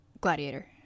Gladiator